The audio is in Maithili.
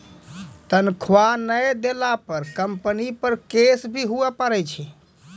तनख्वाह नय देला पर कम्पनी पर केस भी हुआ पारै छै